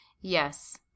Yes